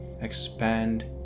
expand